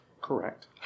Correct